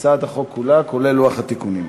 הצעת החוק כולה, כולל לוח התיקונים.